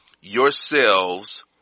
yourselves